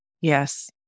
Yes